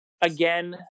again